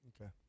Okay